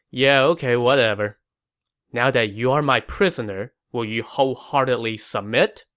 yeah ok whatever now that you are my prisoner, will you wholeheartedly submit?